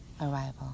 arrival